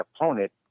opponent